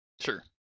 Sure